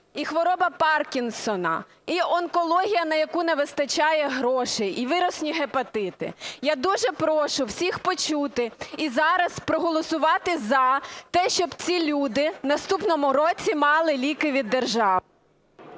і хвороба Паркінсона, і онкологія, на яку не вистачає грошей, і вірусні гепатити. Я дуже прошу всіх почути і зараз проголосувати за те, щоб ці люди в наступному році мали ліки від держави.